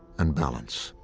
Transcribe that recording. and balance.